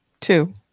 Two